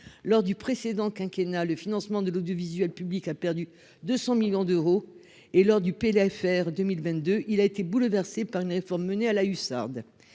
lors du précédent quinquennat le financement de l'audiovisuel public a perdu 200 millions d'euros et lors du PLFR 2022 il a été bouleversé par une réforme menée à la hussarde